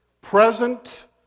present